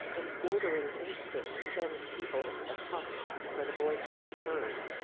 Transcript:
an ordering instinct sends people into the hush where the voice can be heard.